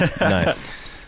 Nice